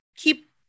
keep